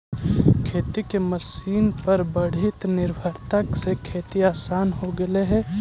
खेती के मशीन पर बढ़ीत निर्भरता से खेती आसान हो गेले हई